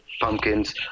Pumpkins